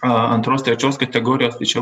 a antros trečios kategorijos tai čia